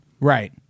right